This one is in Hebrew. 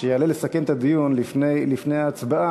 כשיעלה לסכם את הדיון לפני ההצבעה,